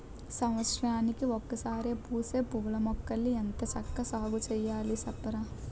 సంవత్సరానికి ఒకసారే పూసే పూలమొక్కల్ని ఎంత చక్కా సాగుచెయ్యాలి సెప్పరా?